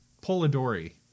Polidori